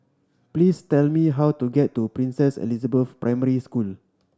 please tell me how to get to Princess Elizabeth Primary School